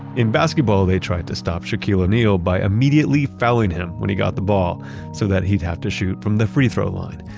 in basketball, they tried to stop shaquille o'neal by immediately fouling him when he got the ball so that he'd have to shoot from the free-throw line,